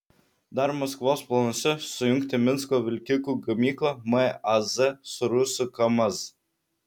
dar maskvos planuose sujungti minsko vilkikų gamyklą maz su rusų kamaz